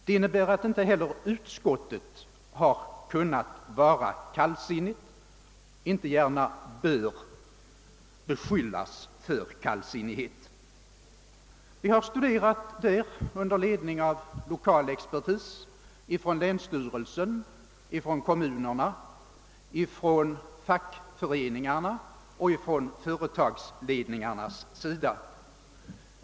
Det innebär att inte heller utskottet har kunnat vara kallsinnigt och inte gärna bör beskyllas för kallsinnighet. Vi har bedrivit dessa studier under ledning av lokal expertis från länsstyrelsen, från kommunerna, från fackföreningarna och från företagsledningarna.